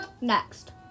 next